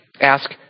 Ask